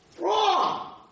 Wrong